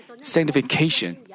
sanctification